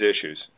issues